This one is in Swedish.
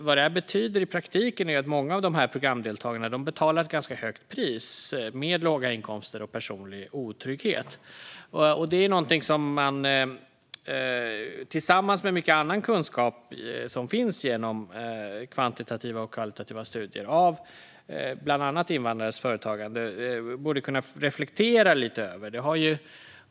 Vad det betyder i praktiken är dock att många av programdeltagarna betalar ett ganska högt pris i form av låga inkomster och personlig otrygghet. Detta är någonting som man, tillsammans med mycket annan kunskap som finns genom kvantitativa och kvalitativa studier av bland annat invandrades företagande, borde kunna reflektera lite över.